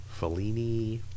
Fellini